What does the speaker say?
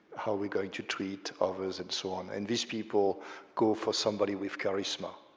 how are we going to treat others and so on, and these people go for somebody with charisma.